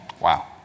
Wow